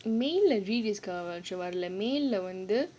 mail Rediscovery voucher வரல:varala mail lah வந்து:vandhu